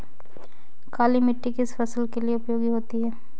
काली मिट्टी किस फसल के लिए उपयोगी होती है?